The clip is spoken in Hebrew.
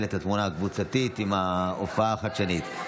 את התמונה הקבוצתית עם ההופעה החדשנית.